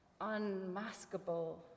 unmaskable